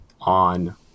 on